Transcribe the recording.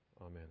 Amen